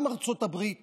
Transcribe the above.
גם ארצות הברית